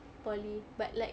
poly but like